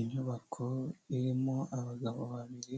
Inyubako irimo abagabo babiri,